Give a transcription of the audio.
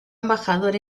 embajador